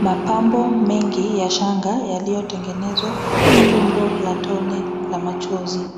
Mapambo mengi ya shanga yaliyotengenezwa kwa umbo la tone la machozi.